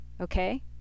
okay